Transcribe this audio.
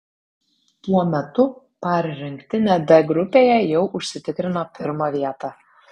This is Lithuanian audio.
tuo metu par rinktinė d grupėje jau užsitikrino pirmą vietą